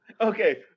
okay